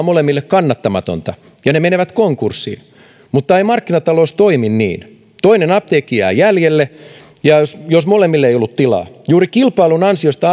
molemmille kannattamatonta ja ne menevät konkurssiin mutta ei markkinatalous toimi niin toinen apteekki jää jäljelle jos jos molemmille ei ollut tilaa juuri kilpailun ansiosta